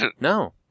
No